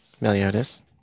Meliodas